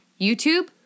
YouTube